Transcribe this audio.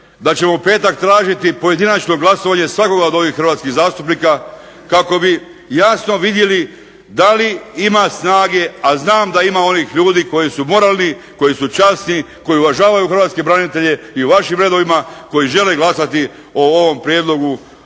da ćemo u petak tražiti pojedinačno glasovanje svakoga od ovih hrvatskih zastupnika kako bi jasno vidjeli da li ima snage, a znam da ima onih ljudi koji su moralni, koji su časni, koji uvažavaju hrvatske branitelje i u vašim redovima koji žele glasati o ovom prijedlogu